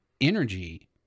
energy